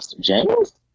James